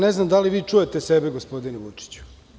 Ne znam da li vi čujete sebe gospodine Vučiću.